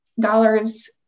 dollars